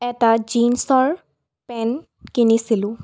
এটা জীন্সৰ পেন্ট কিনিছিলোঁ